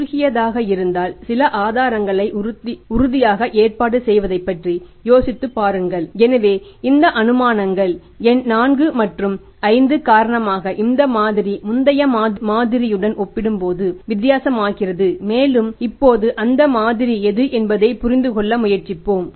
இது குறுகியதாக இருந்தால் சில ஆதாரங்களை உறுதியாக ஏற்பாடு செய்வதைப் பற்றி யோசித்துப் பாருங்கள் எனவே இந்த அனுமானங்கள் எண் 4 மற்றும் 5 காரணமாக இந்த மாதிரி முந்தைய மாதிரியுடன் ஒப்பிடும்போது வித்தியாசமாகிறது மேலும் இப்போது அந்த மாதிரி எது என்பதை புரிந்து கொள்ள முயற்சிப்போம்